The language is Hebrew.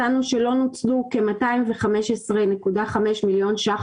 מצאנו שלא נוצלו כ-215.5 מיליון שקלים